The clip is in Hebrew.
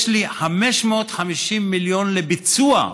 יש לי 550 מיליון לביצוע,